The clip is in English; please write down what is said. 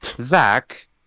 Zach